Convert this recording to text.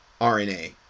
RNA